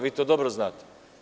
Vi to dobro znate.